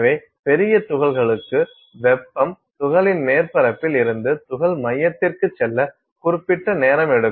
எனவே பெரிய துகள்களுக்கு வெப்பம் துகளின் மேற்பரப்பில் இருந்து துகள் மையத்திற்கு செல்ல குறிப்பிட்ட நேரம் எடுக்கும்